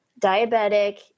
diabetic